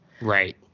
Right